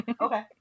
Okay